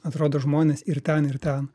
atrodo žmonės ir ten ir ten